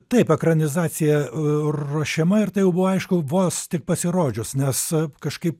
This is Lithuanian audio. taip ekranizacija ruošiama ir tai buvo aišku vos tik pasirodžius nes kažkaip